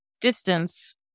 distance